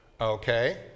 Okay